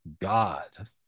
God